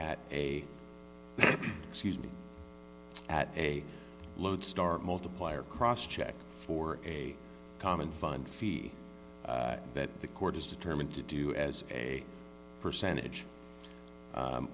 at a excuse me at a lodestar multiplier cross checked for a common fund fee that the court is determined to do as a percentage